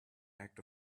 act